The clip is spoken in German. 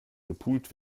gepult